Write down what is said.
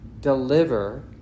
deliver